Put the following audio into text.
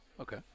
Okay